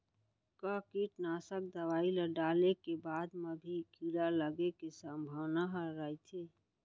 का कीटनाशक दवई ल डाले के बाद म भी कीड़ा लगे के संभावना ह रइथे?